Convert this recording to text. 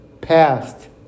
past